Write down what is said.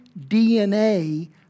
DNA